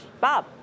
Bob